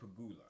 Pagula